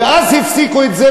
ואז הפסיקו את זה,